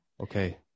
Okay